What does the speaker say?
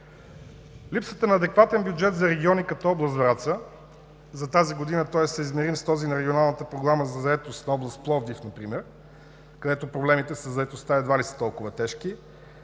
Липсата на адекватен бюджет за региони като област Враца – за тази година той е съизмерим с този на Регионалната програма за заетост на област Пловдив например, където проблемите със заетостта едва ли са толкова тежки,